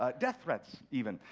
ah death threats even.